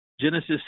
Genesis